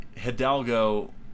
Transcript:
Hidalgo